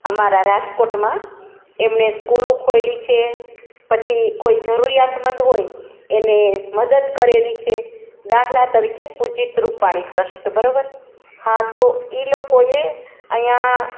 અમારા રાજકોટમાં એમને સ્કૂલો ખોલી છે પછી કોઈ જરૂરિયાતમંદ હોય એને મદદ કરેલી છે દાખલા તરીકે પૂજિત રૂપાણી ટ્રસ્ટ બરાબર હા તો એ લોકોએ અહીંયા